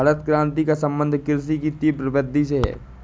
हरित क्रान्ति का सम्बन्ध कृषि की तीव्र वृद्धि से है